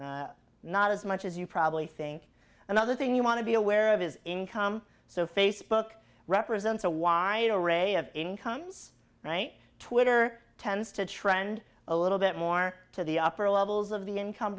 but not as much as you probably think another thing you want to be aware of his income so facebook represents a wide array of incomes right twitter tends to trend a little bit more to the upper levels of the income